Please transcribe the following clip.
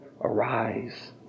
arise